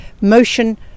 Motion